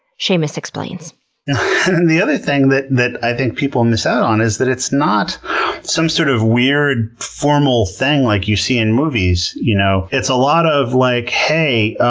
seamus explains the other thing that that i think people miss out on is that it's not some sort of weird, formal thing like you see in movies. you know it's a lot of, like, hey, ah,